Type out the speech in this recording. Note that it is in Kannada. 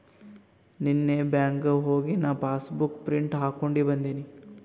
ನೀನ್ನೇ ಬ್ಯಾಂಕ್ಗ್ ಹೋಗಿ ನಾ ಪಾಸಬುಕ್ ಪ್ರಿಂಟ್ ಹಾಕೊಂಡಿ ಬಂದಿನಿ